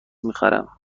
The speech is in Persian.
میخرم